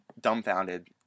dumbfounded